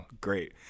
great